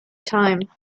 time